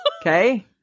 Okay